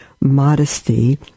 Modesty